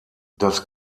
das